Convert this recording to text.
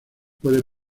puede